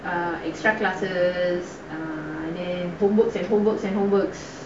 a extra classes homework and homeworks and homeworks